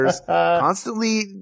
constantly